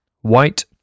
white